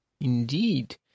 Indeed